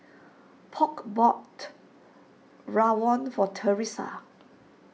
Polk bought Rawon for Teressa